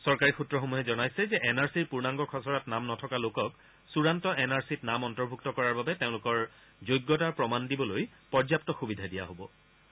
চৰকাৰী সূত্ৰসমূহে জনাইছে যে এন আৰ চিৰ পূৰ্ণাংগ খচৰাত নাম নথকা লোকক চূড়ান্ত এন আৰ চিত নাম অন্তৰ্ভুক্ত কৰাৰ বাবে তেওঁলোকৰ যোগ্যতাৰ প্ৰমাণ দিবলৈ পৰ্যাপ্ত সুবিধা দিয়া হ'ব